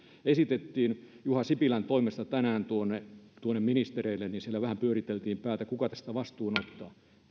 esitettiin juha sipilän toimesta tänään tuonne tuonne ministereille niin siellä vähän pyöriteltiin päätä kuka tästä vastuun ottaa